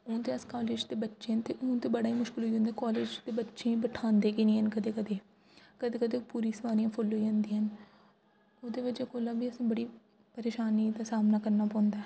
हून ते अस कॉलेज दे बच्चे न ते हून ते बड़ा मुश्किल होई जंदा कॉलेज दे बच्चें ई बैठांदे गै निं हैन कदें कदें कदें पूरी सवारियां फुल होई जंदियां ओह्दे बिच कोला बी असें बड़ी परेशानियां दा सामना करना पौंदा ऐ